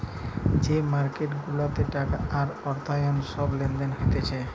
যে মার্কেট গুলাতে টাকা আর অর্থায়ন সব লেনদেন হতিছে